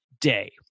day